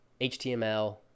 HTML